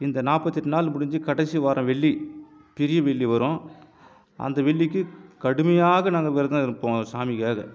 இந்த நாற்பத்தி எட்டு நாள் முடிஞ்சு கடைசி வாரம் வெள்ளி பெரிய வெள்ளி வரும் அந்த வெள்ளிக்கு கடுமையாக நாங்கள் விரதம் இருப்போம் சாமிக்காக